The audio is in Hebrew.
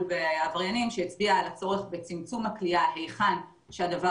בעבריינים שהצביע על הצורך בצמצום הכליאה היכן שהדבר